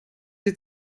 sie